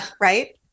right